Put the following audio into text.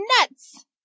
Nuts